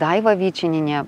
daiva vyčinienė